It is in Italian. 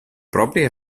proprie